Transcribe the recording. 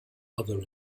other